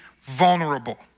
vulnerable